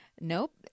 Nope